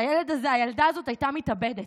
הילדה הזאת הייתה מתאבדת.